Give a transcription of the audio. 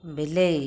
ବିଲେଇ